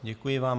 Děkuji vám.